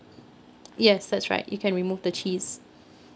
yes that's right you can remove the cheese